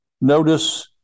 notice